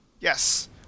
yes